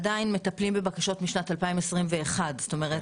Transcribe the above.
עדיין מטפלים בבקשות משנת 2021. כלומר,